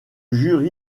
jury